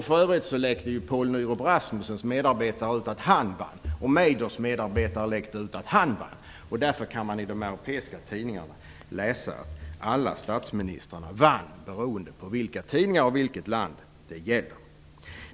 För övrigt läckte Poul Rasmussen vann, och Majors medarbetare läckte ut att Major vann. Därför kan man i de europeiska tidningarna läsa att alla statsministrarna vann, beroende på vilka tidningar och vilket land det gäller.